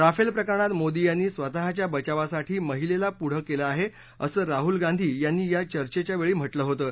Rafale प्रकरणात मोदी यांनी स्वतःच्या बचावासाठी महिलेला पुढे केलं आहे असं राहूल गांधी यांनी या चर्चेच्या वेळी म्हटलं होतं